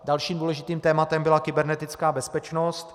Dalším důležitým tématem byla kybernetická bezpečnost.